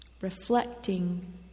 Reflecting